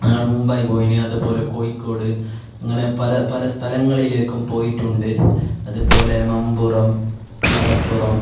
നമ്മൾ മുംബൈ പോയിരുന്നു അതു പോലെ കോഴിക്കോട് അങ്ങനെ പല പല സ്ഥലങ്ങളിലേക്കും പോയിട്ടുണ്ട് അതു പോലെ മമ്പുറം മലപ്പുറം